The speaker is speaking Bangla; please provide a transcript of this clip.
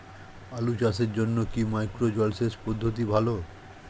আলু চাষের জন্য কি মাইক্রো জলসেচ পদ্ধতি ভালো?